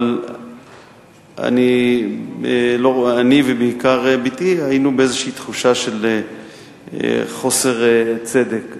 אבל אני ובעיקר בתי היינו באיזו תחושה של חוסר צדק,